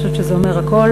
אני חושבת שזה אומר הכול.